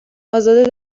ازاده